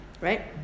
right